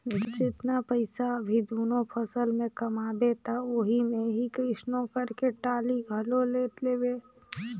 जेतना पइसा अभी दूनो फसल में कमाबे त ओही मे ही कइसनो करके टाली घलो ले लेबे